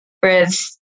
Whereas